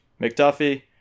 McDuffie